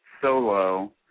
solo